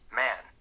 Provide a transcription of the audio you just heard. man